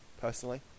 personally